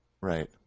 Right